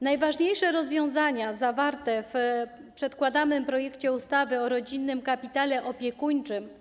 Najważniejsze rozwiązania zawarte w przedkładanym projekcie ustawy o rodzinnym kapitale opiekuńczym.